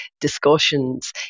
discussions